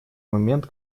момент